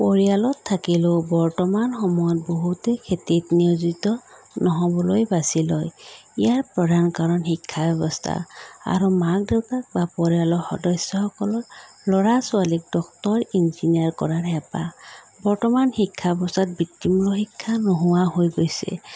পৰিয়ালত থাকিলেও বৰ্তমান সময়ত বহুতে খেতিত নিয়োজিত নহ'বলৈ বাছি লয় ইয়াৰ প্ৰধান কাৰণ শিক্ষা ব্যৱস্থা আৰু মাক দেউতাক বা পৰিয়ালৰ সদস্যাসকলৰ ল'ৰা ছোৱালীক ডক্তৰ ইঞ্জিনিয়াৰ কৰাৰ হেঁপাহ বৰ্তমান শিক্ষা ব্যৱস্থাত বৃত্তিমূলক শিক্ষা নোহোৱা হৈ গৈছে